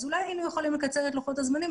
אולי היינו יכולים לקצר את לוחות הזמנים.